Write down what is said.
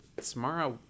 Samara